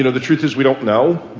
you know the truth is we don't know.